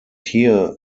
hear